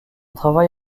travail